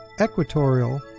equatorial